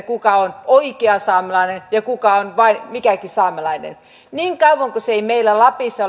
kuka on oikea saamelainen ja kuka on vain mikäkin saamelainen niin kauan kuin tämä asia ei meillä lapissa